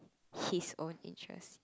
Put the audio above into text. his own interest